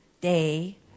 day